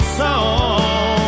song